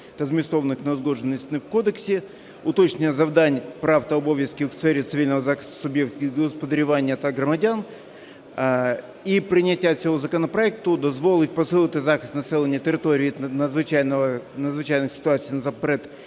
та змістовних неузгодженостей у кодексі, уточнення завдань, прав та обов'язків в сфері цивільного захисту суб'єктів господарювання та громадян, і прийняття цього законопроекту дозволить посилити захист населення і території від надзвичайних ситуації, насамперед